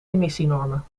emissienormen